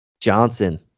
Johnson